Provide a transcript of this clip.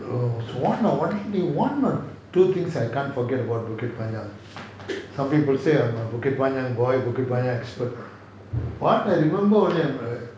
so one of one thing one of two things I can't forgte about bukit panjang some people say I'm a bukit panjang boy bukit panjang expert what I remember is err